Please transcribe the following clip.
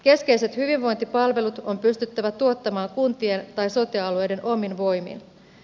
keskeiset hyvinvointipalvelut on pystyttävä tuottamaan kuntien tai sote alueiden omin voimin